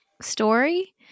story